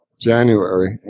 january